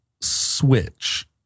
switch